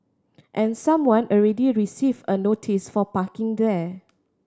and someone already received a notice for parking there